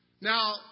Now